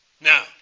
Now